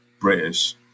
British